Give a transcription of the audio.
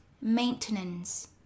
maintenance